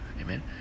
Amen